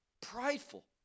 prideful